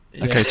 Okay